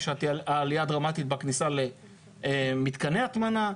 יש עלייה דרמטית בכניסה למתקני הטמנה,